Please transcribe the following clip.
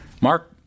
Mark